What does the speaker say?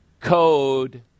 Code